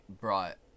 brought